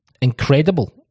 incredible